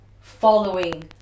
following